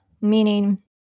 Meaning